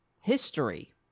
history